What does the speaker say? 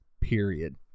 Period